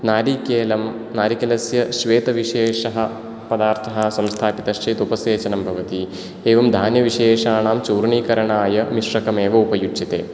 नारिकेलं नारिकेलस्य श्वेतविशेषः पदार्थः संस्थाप्यते चेत् उपसेचनं भवति एवं धान्यविशेषाणां चूर्णीकरणाय मिश्रकम् एव उपयुज्यते